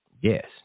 Yes